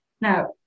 Now